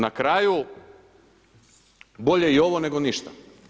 Na kraju, bolje i ovo nego ništa.